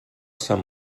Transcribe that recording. sant